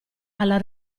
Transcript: alla